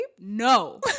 No